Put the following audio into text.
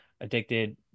addicted